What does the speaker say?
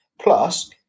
Plus